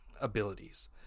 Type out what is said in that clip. abilities